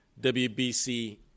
WBC